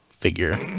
figure